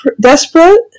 desperate